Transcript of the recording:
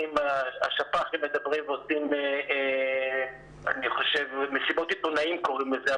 השפ"חים מדברים ועושים "מסיבות עיתונאים" קוראים לזה,